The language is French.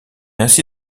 ainsi